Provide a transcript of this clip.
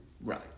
Right